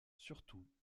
surtout